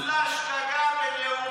באיזה פוסט, אומר: סליחה, נפלה שגגה בנאומי.